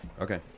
okay